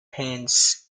hans